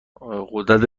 غدد